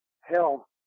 Hell